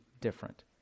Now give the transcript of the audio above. different